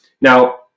Now